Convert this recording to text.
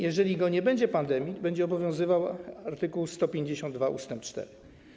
Jeżeli nie będzie pandemii, będzie obowiązywał art. 152 ust. 4.